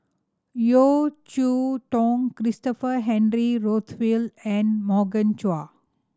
Yeo Cheow Tong Christopher Henry Rothwell and Morgan Chua